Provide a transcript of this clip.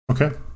Okay